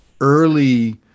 early